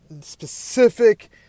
specific